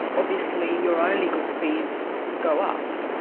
obviously your own legal fees go up.